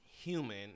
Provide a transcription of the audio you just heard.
human